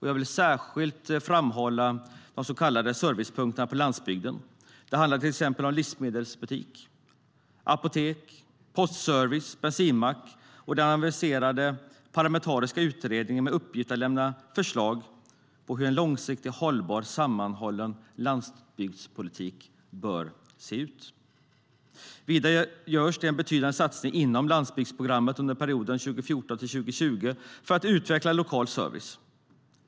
Jag vill speciellt framhålla de så kallade servicepunkterna på landsbygden - livsmedelsbutik, apotek, postservice, bensinmack - och den aviserade parlamentariska utredningen med uppgift att lämna förslag på hur en långsiktigt hållbar och sammanhållen landsbygdspolitik bör se ut. Vidare görs under perioden 2014-2020 en betydande satsning inom landsbygdsprogrammet för att utveckla lokal service.